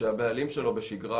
שהבעלים שלו בשגרה,